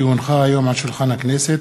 כי הונחה היום על שולחן הכנסת